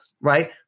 right